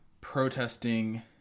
protesting